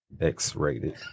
X-rated